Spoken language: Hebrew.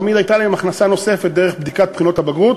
תמיד הייתה להם הכנסה נוספת מבדיקת בחינות הבגרות,